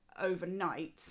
overnight